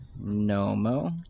nomo